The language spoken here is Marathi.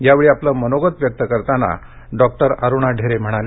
यावेळी आपलं मनोगत व्यक्त करताना डॉक्टर अरुणा ढेरे म्हणाल्या